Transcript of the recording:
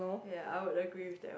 ya I would agree with that one